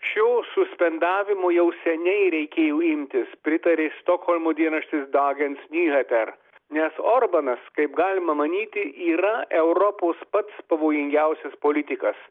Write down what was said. šio suspendavimo jau seniai reikėjo imtis pritarė stokholmo dienraštis dahens niheter nes orbanas kaip galima manyti yra europos pats pavojingiausias politikas